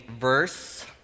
verse